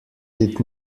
did